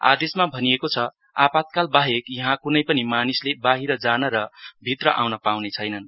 आदेशमा भनिएको छआपातकाल बाहेक यहाँ कुनै पनि मानिसले बाहिर जान र भित्र आउन पाउने छैनन्